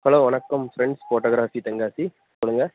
hello வணக்கம் friends photography Tenkasi சொல்லுங்கள்